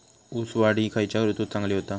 ऊस वाढ ही खयच्या ऋतूत चांगली होता?